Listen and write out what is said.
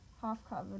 half-covered